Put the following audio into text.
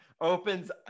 opens